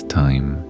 time